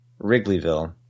Wrigleyville